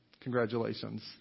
Congratulations